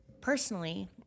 personally